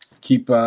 keep